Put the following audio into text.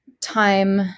Time